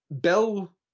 Bill